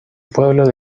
pueblo